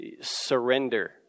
surrender